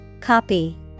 Copy